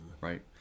Right